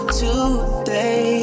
today